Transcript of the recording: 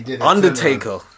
Undertaker